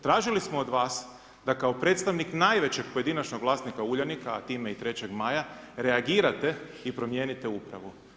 Tražili smo od vas da kao predstavnik najvećeg pojedinačnog vlasnika Uljanika a time i 3. Maja reagirate i promijenite upravu.